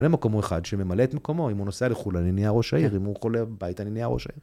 לא מקומו אחד שממלא את מקומו, אם הוא נוסע לחו"ל אני נהיה ראש העיר, אם הוא חולה בבית אני נהיה ראש העיר.